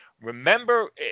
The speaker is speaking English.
Remember